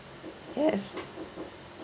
yes